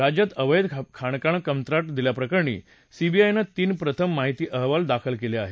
राज्यात अवैध खाणकाम कंत्राट दिल्याप्रकरणी सीबीआयनं तीन प्रथम माहिती अहवाल दाखल केले आहेत